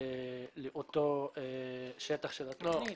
לאותה תוכנית.